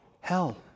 hell